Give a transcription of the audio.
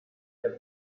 the